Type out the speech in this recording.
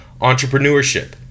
entrepreneurship